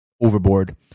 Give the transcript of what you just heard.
overboard